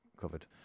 covered